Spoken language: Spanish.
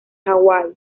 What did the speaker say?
hawaii